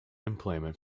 employment